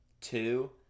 Two